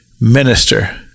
minister